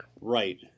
Right